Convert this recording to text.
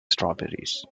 strawberries